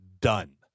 done